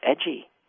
edgy